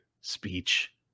speech